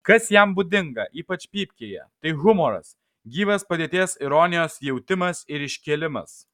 kas jam būdinga ypač pypkėje tai humoras gyvas padėties ironijos jutimas ir iškėlimas